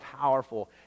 powerful